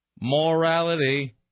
morality